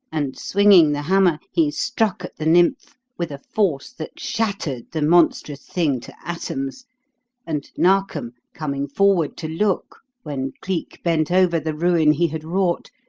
and, swinging the hammer, he struck at the nymph with a force that shattered the monstrous thing to atoms and narkom, coming forward to look when cleek bent over the ruin he had wrought,